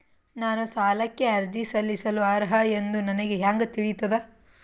ನಾನು ಸಾಲಕ್ಕೆ ಅರ್ಜಿ ಸಲ್ಲಿಸಲು ಅರ್ಹ ಎಂದು ನನಗೆ ಹೆಂಗ್ ತಿಳಿತದ?